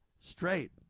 straight